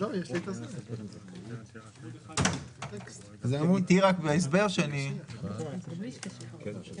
ינוהלו באפיק חדש שבמסגרתו מדיניות ההשקעות תהיה המדיניות של ההשקעות